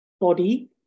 body